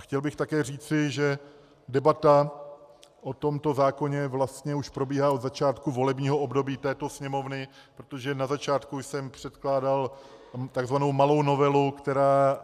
Chtěl bych také říci, že debata o tomto zákoně vlastně už probíhá od začátku volebního období této Sněmovny, protože na začátku jsem předkládal tzv. malou novelu, která